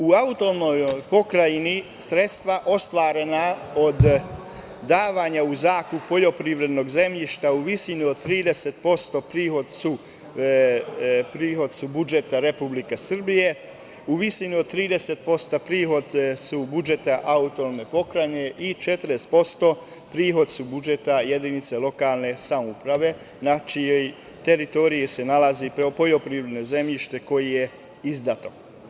U autonomnoj pokrajini sredstva ostvarena od davanja u zakup poljoprivrednog zemljišta u visini od 30% prihod su budžeta Republike Srbije, u visini od 30% prihod su budžeta autonomne pokrajine i 40% prihod su budžeta jedinice lokalne samouprave na čijoj teritoriji se nalazi poljoprivredno zemljište koje je izdato.